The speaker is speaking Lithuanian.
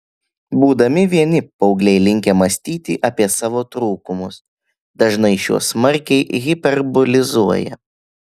būdami vieni paaugliai linkę mąstyti apie savo trūkumus dažnai šiuos smarkiai hiperbolizuoja